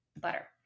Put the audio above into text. butter